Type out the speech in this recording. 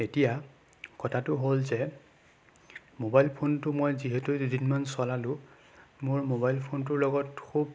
এতিয়া কথাটো হ'ল যে মোবাইল ফোনটো মই যিহেতু দুদিনমান চলালোঁ মোৰ মোবাইল ফোনটোৰ লগত খুব